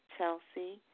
Chelsea